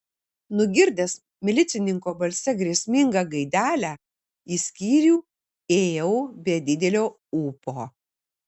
nugirdęs milicininko balse grėsmingą gaidelę į skyrių ėjau be didelio ūpo